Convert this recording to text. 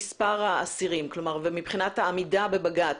ומספר האסירים והעמידה בבג"ץ?